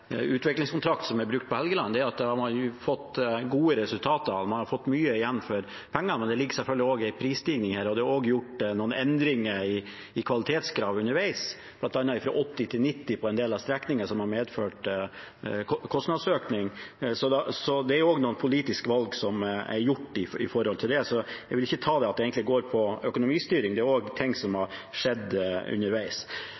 som er brukt på Helgeland, er at man har fått gode resultater, man har fått mye igjen for pengene. Det ligger selvfølgelig en prisstigning her, og det er også gjort noen endringer i kvalitetskravet underveis – bl.a. fra 80 til 90 km/t på en del strekninger – noe som har medført en kostnadsøkning. Det er også noen politiske valg som er gjort når det gjelder dette. Så jeg vil ikke si at det egentlig går på økonomistyring, det er også ting som